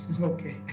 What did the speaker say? Okay